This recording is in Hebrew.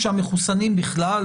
היא שהמחוסנים בכלל,